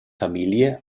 familie